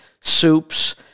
Soups